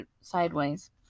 sideways